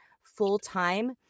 full-time